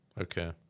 Okay